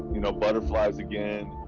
you know, butterflies again.